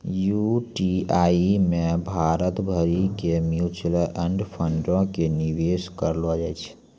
UTI मे भारत भरि के म्यूचुअल फंडो के निवेश करलो जाय छै